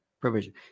provision